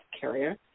carrier